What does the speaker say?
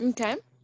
Okay